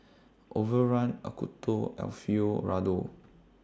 Overrun Acuto Alfio Raldo